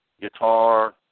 guitar